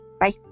Bye